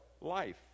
life